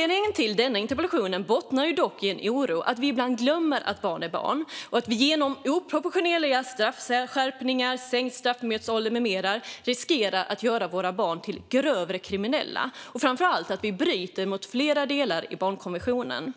Denna interpellation bottnar dock i en oro för att vi ibland glömmer att barn är barn och att vi genom oproportionella straffskärpningar, sänkt straffmyndighetsålder med mera riskerar att göra våra barn till grövre kriminella och framför allt att vi bryter mot flera delar i barnkonventionen.